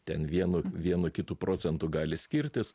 ten vienu vienu kitu procentu gali skirtis